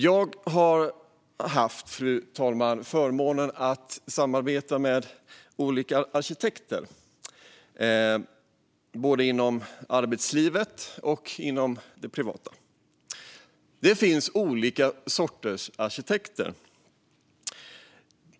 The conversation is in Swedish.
Jag har haft förmånen att samarbeta med olika arkitekter, både i arbetslivet och privat. Det finns olika sorters arkitekter.